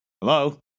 hello